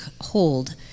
hold